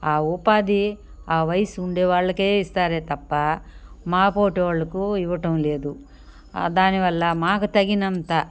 ఉపాధి వయసు ఉండేవాళ్ళకే ఇస్తారే తప్పా మా పోటోళ్లకు ఇవ్వటం లేదు దానివల్ల మాకు తగినంత